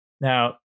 Now